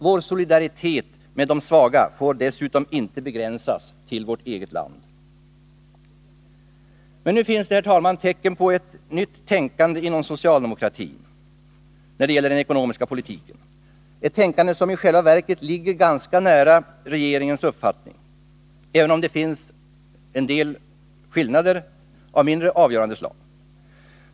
Vår solidaritet med de svaga får dessutom inte begränsas till vårt eget land. Nu finns det emellertid, herr talman, tecken på ett nytt tänkande inom socialdemokratin när det gäller den ekonomiska politiken, ett tänkande som i själva verket ligger nära regeringens uppfattning, även om det finns en del skillnader av mindre avgörande slag.